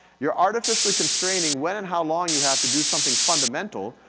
you're artificially constraining when and how long you have to do something fundamental,